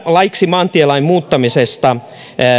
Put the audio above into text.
laiksi maantielain muuttamisesta